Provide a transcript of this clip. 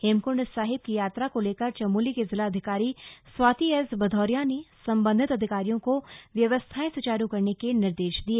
हेमकृण्ड साहिब की यात्रा को लेकर चमोली की जिलाधिकारी स्वाति एस अध्रदौरिया ने संबंधित अधिकारियों को व्यवस्थाएं सुचारू करने के निर्देश दिए